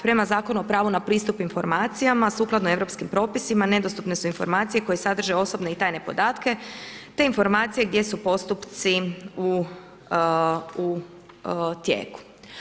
Prema Zakonu o pravu na pristup informacijama sukladno europskim propisima, nedostupne su informacije, koje sadrže osobne i tajne podatke, te informacije, gdje su postupci u tijeku.